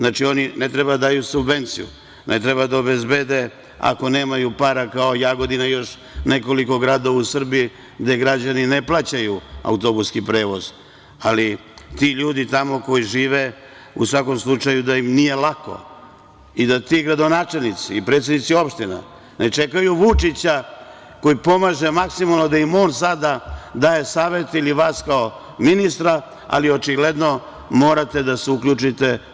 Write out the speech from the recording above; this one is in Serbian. Ne treba da daju subvenciju, ne treba da obezbede ako nemaju para kao Jagodina i još nekoliko gradova u Srbiji, gde građani ne plaćaju autobuski prevoz, ali ti ljudima koji tamo žive nije lako i da ti gradonačelnici i predsednici opština ne čekaju Vučića koji pomaže maksimalno da im on sada daje savete ili vas kao ministra, ali očigledno morate da se uključite.